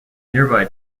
nearby